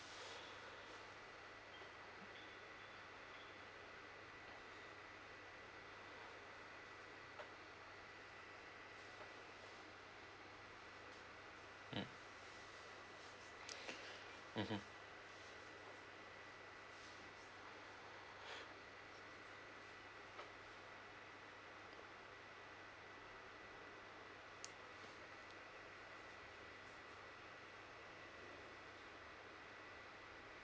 mm mmhmm